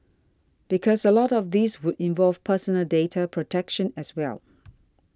because a lot of this would involve personal data protection as well